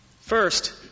First